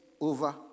over